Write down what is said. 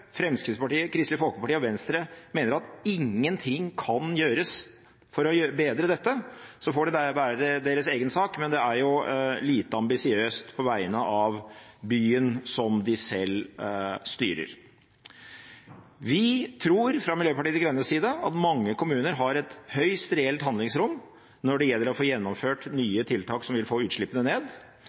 Fremskrittspartiet, Kristelig Folkeparti og Venstre mener at ingenting kan gjøres for å bedre dette, får det være deres egen sak, men det er lite ambisiøst på vegne av byen som de selv styrer. Vi tror, fra Miljøpartiet De Grønnes side, at mange kommuner har et høyst reelt handlingsrom når det gjelder å få gjennomført nye tiltak som vil få utslippene ned.